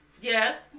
yes